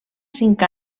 cinc